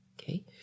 okay